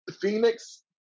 Phoenix